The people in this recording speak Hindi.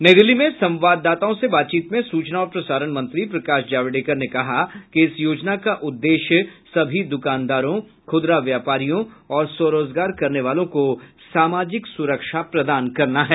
नई दिल्ली में संवाददाताओं से बातचीत में सूचना और प्रसारण मंत्री प्रकाश जावड़ेकर ने कहा कि इस योजना का उद्देश्य सभी दुकानदारों खुदरा व्यापारियों और स्वरोजगार करने वालों को सामाजिक सुरक्षा प्रदान करना है